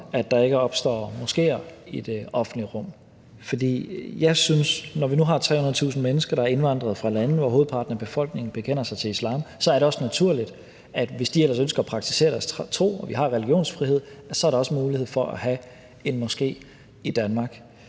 at der ikke opstår moskeer i det offentlige rum. For jeg synes, at når vi nu har 300.000 mennesker, der er indvandret fra lande, hvor hovedparten af befolkningen bekender sig til islam, så er det også naturligt, hvis de ellers ønsker at praktisere deres tro – og vi har religionsfrihed – at der så også er mulighed for at have en moske i Danmark.